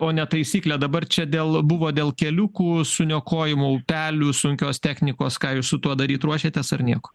o ne taisyklė dabar čia dėl buvo dėl keliukų suniokojamo upelių sunkios technikos ką jūs su tuo daryt ruošiatės ar nieko